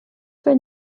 wenn